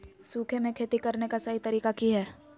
सूखे में खेती करने का सही तरीका की हैय?